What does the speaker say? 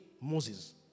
Moses